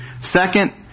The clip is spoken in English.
Second